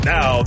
Now